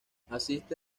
asiste